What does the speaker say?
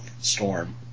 storm